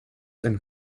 and